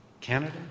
Canada